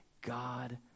God